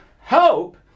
Hope